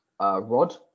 rod